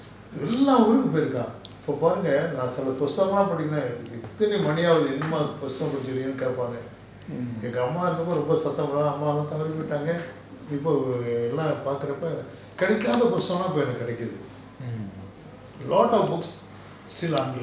mm